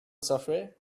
software